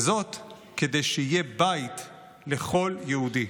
וזאת כדי שיהיה בית לכל יהודי.